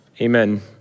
Amen